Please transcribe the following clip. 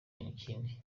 ikindi